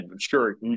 sure